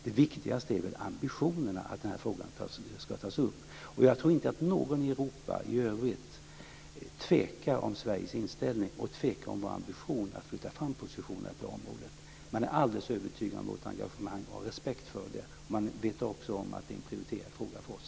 Det viktigaste är väl ambitionerna att den här frågan ska tas upp. Jag tror inte att någon i Europa i övrigt tvekar om Sveriges inställning och vår ambition att flytta fram positionerna på det här området. Man är alldeles övertygad om vårt engagemang och har respekt för det. Man vet också om att det är en prioriterad fråga för oss.